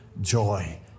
joy